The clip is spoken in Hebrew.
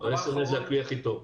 הסמ"ס זה הכלי הכי טוב.